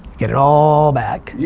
get it all back. yeah